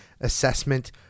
assessment